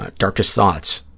ah darkest thoughts.